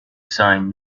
sign